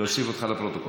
להוסיף אותך לפרוטוקול?